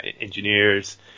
engineers